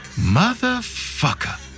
Motherfucker